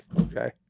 Okay